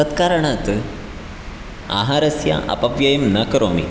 तत्कारणात् आहारस्य अपव्ययं न करोमि